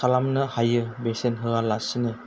खालामनो हायो बेसेन होयालासिनो